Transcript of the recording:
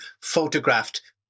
photographed